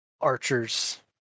archers